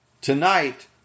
tonight